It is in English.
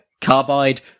Carbide